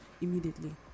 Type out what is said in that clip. immediately